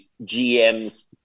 GM's